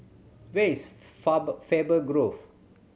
where is Faber Grove